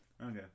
Okay